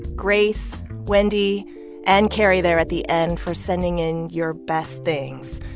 grace, wendy and carrie there at the end for sending in your best things.